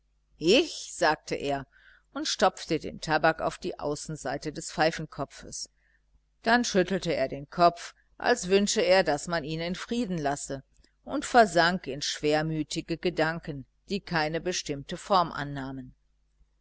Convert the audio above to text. ich sagte er und stopfte den tabak auf die außenseite des pfeifenkopfes dann schüttelte er den kopf als wünsche er daß man ihn in frieden lasse und versank in schwermütige gedanken die keine bestimmte form annahmen